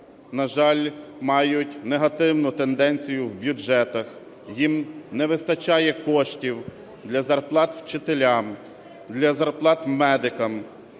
на жаль, мають негативну тенденцію в бюджетах, їм не вистачає коштів для зарплат вчителям, для зарплат медикам.